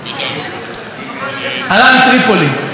עלה מטריפולי,